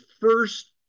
first